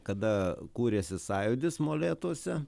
kada kūrėsi sąjūdis molėtuose